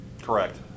Correct